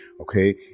Okay